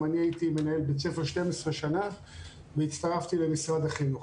גם אני הייתי מנהל בית ספר 12 שנה והצטרפתי למשרד החינוך.